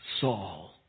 Saul